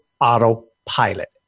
autopilot